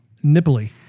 nipply